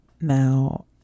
Now